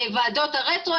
ועדות הרטרו,